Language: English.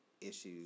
issues